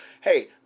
hey